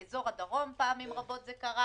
באזור הדרום פעמים רבות זה קרה